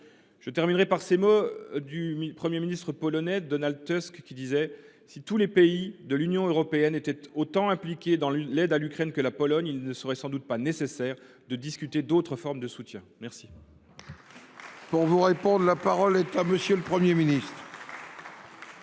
Je terminerai mon propos par ces mots du Premier ministre polonais, Donald Tusk :« Si tous les pays de l’Union européenne étaient autant impliqués dans l’aide à l’Ukraine que la Pologne, il ne serait sans doute pas nécessaire de discuter d’autres formes de soutien. » La